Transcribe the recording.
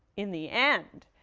in the end,